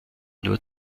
nur